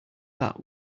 that